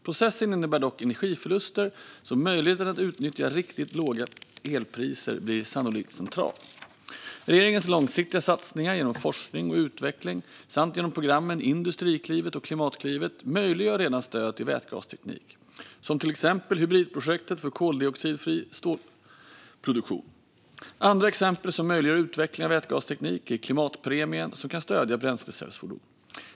Processen innebär dock energiförluster, så möjligheten att utnyttja riktigt låga elpriser blir sannolikt centralt. Regeringens långsiktiga satsningar genom forskning och utveckling samt genom programmen Industriklivet och Klimatklivet möjliggör redan stöd till vätgasteknik, som i Hybritprojektet för koldioxidfri stålproduktion. Andra exempel som möjliggör utveckling av vätgasteknik är Klimatpremien som kan stödja bränslecellsfordon.